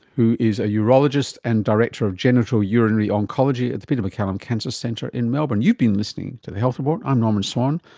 who is a urologist and director of genital urinary oncology at the peter maccallum cancer centre in melbourne. you've been listening to the health report, i'm norman swan,